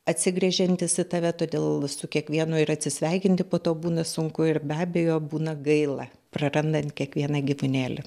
atsigręžiantys į tave todėl su kiekvienu ir atsisveikinti po to būna sunku ir be abejo būna gaila prarandant kiekvieną gyvūnėlį